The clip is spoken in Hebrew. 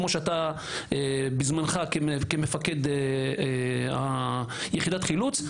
כמו בזמנך כמפקד יחידת החילוץ,